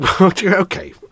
Okay